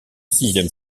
sixième